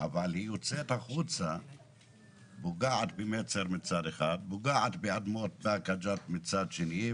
אבל היא יוצאת החוצה ופוגעת במייסר מצד אחד ואום-אל-קטאף מצד שני,